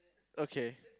okay